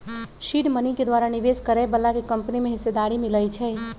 seed money के द्वारा निवेश करए बलाके कंपनी में हिस्सेदारी मिलइ छइ